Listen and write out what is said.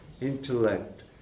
intellect